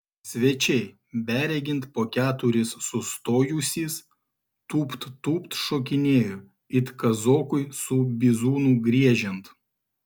svečiai beregint po keturis sustojusys tūpt tūpt šokinėjo it kazokui su bizūnu griežiant